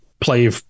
play